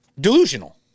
delusional